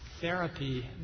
therapy